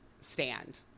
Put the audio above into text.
stand